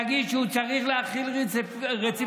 להגיד שהוא צריך להחיל רציפות,